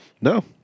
No